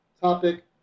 topic